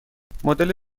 مدل